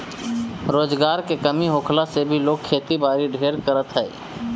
रोजगार के कमी होखला से भी लोग खेती बारी ढेर करत हअ